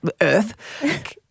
Earth